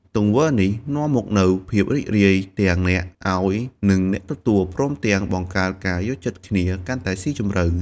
ទង្វើនេះនាំមកនូវ ភាពរីករាយ ទាំងអ្នកឱ្យ និងអ្នកទទួល ព្រមទាំងបង្កើត ការយល់ចិត្តគ្នា កាន់តែស៊ីជម្រៅ។